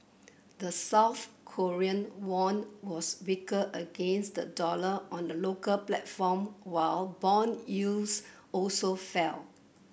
the South Korean won was weaker against the dollar on the local platform while bond yields also fell